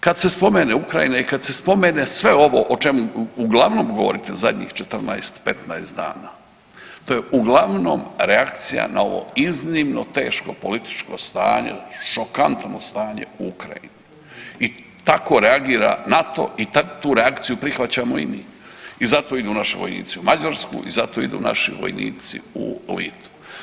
Kad se spomene Ukrajina i kad se spomene sve ovo o čemu uglavnom govorite zadnjih 14-15 dana to je uglavnom reakcija na ovo iznimno teško političko stanje, šokantno stanje u Ukrajini i tako reagira NATO i tu reakciju prihvaćamo i mi i zato idu naši vojnici u Mađarsku i zato idu naši vojnici u Litvu.